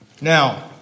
Now